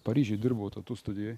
paryžiuj dirbau tatū studijoj